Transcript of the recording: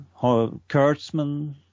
Kurtzman